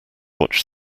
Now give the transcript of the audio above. watch